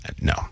No